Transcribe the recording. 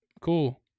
cool